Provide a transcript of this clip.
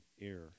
air